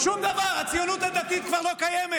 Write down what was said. שום דבר, הציונות הדתית כבר לא קיימת.